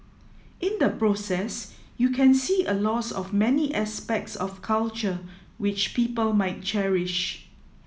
in the process you can see a loss of many aspects of culture which people might cherish